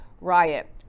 riot